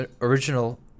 original